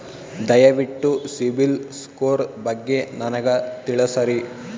ದಯವಿಟ್ಟು ಸಿಬಿಲ್ ಸ್ಕೋರ್ ಬಗ್ಗೆ ನನಗ ತಿಳಸರಿ?